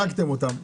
הרגתם אותם.